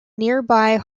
nearby